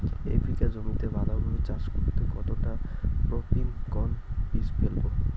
এক বিঘা জমিতে বাধাকপি চাষ করতে কতটা পপ্রীমকন বীজ ফেলবো?